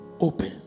open